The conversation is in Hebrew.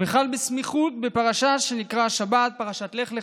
וחל בסמיכות לפרשה שנקראה השבת, פרשת לך לך,